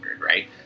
right